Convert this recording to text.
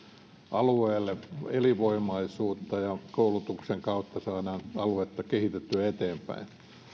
alueelle elinvoimaisuutta ja koulutuksen kautta saadaan aluetta kehitettyä eteenpäin